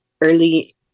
early